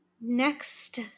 Next